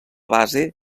base